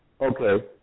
okay